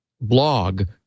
blog